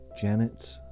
Janet